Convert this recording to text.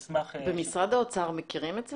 במשרד האוצר מכירים את זה?